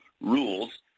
rules